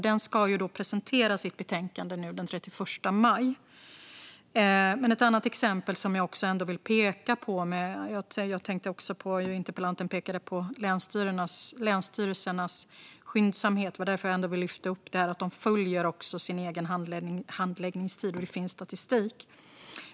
Den ska presentera sitt betänkande nu den 31 maj. Det finns ett annat exempel som jag vill peka på. Jag tänker på att interpellanten tog upp frågan om länsstyrelsernas skyndsamhet. Det är därför som jag vill lyfta fram att de följer sin egen handläggningstid. Det finns statistik.